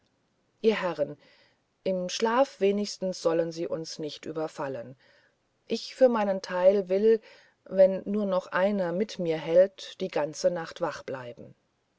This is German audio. ihr herren im schlaf wenigstens sollen sie uns nicht überfallen ich für meinen teil will wenn nur noch einer mit mir hält die ganze nacht wach bleiben